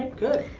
good.